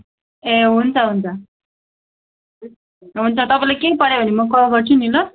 ए हुन्छ हुन्छ हुन्छ तपाईँलाई केही पऱ्यो भने म कल गर्छु नि ल